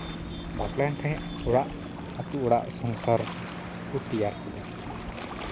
ᱵᱟᱯᱞᱟᱭᱮᱱ ᱠᱷᱟᱱ ᱚᱲᱟᱜ ᱟᱹᱛᱩ ᱚᱲᱟᱜ ᱥᱚᱝᱥᱟᱨ ᱠᱚ ᱛᱮᱭᱟᱨ ᱠᱮᱫᱟ